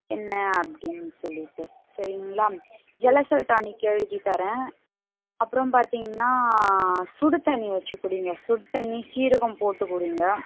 என்ன அப்படின்னு சொல்லிட்டு சரிங்களா ஜெலசல் டானிக் எழுதித்தாரேன் அப்புறம் பார்த்திங்கனா சுடுதண்ணி வச்சிக்குடிங்க சுடுதண்ணி சீரகம் போட்டுக்குடிங்க